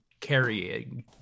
carrying